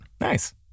nice